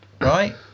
right